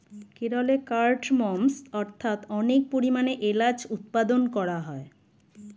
কেরলে কার্ডমমস্ অর্থাৎ অনেক পরিমাণে এলাচ উৎপাদন করা হয়